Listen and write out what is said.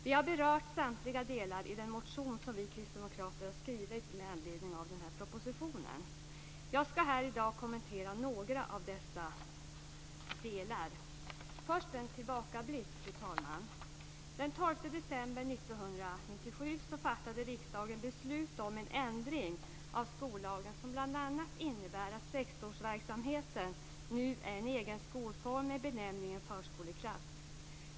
Vi har berört samtliga delar i den motion som vi kristdemokrater har skrivit med anledning av propositionen. Jag skall här i dag kommentera några av dessa delar. Först en tillbakablick, fru talman. Den 12 december 1997 fattade riksdagen beslut om en ändring av skollagen, som bl.a. innebär att sexårsverksamheten nu är en egen skolform med benämningen förskoleklass.